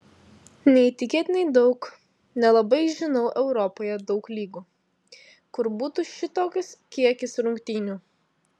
neįtikėtinai daug nelabai žinau europoje daug lygų kur būtų šitoks kiekis rungtynių